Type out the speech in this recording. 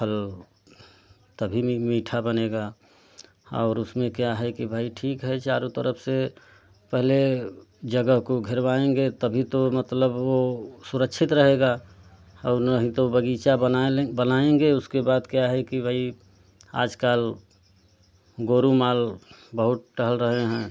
फल तभी मीठा बनेगा और उसमें क्या है कि भाई ठीक है चारों तरफ से पहले जगह को घिरवाएँगे तभी तो मतलब वह सुरक्षित रहेगा और नहीं तो बगीचा बनाए ले बनाएँगे उसके बाद क्या है कि भाई आजकल गोरूमाल बहुत टहल रहे हैं